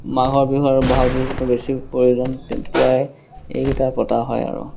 মাঘৰ বিহু আৰু বহাগ বিহুটো বেছি প্ৰয়োজন তেতিয়াই এইকেইটা পতা হয় আৰু